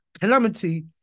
calamity